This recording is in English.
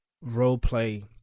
role-play